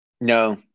No